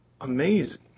amazing